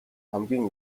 хамгийн